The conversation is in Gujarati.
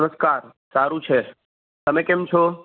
નમસ્કાર સારું છે તમે કેમ છો